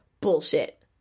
bullshit